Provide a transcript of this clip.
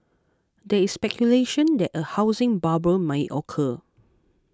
there is speculation that a housing bubble may occur